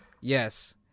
Yes